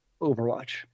Overwatch